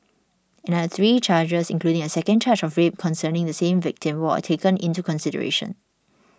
another three charges including a second charge of rape concerning the same victim were taken into consideration